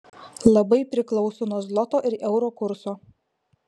labai priklauso nuo zloto ir euro kurso